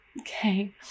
Okay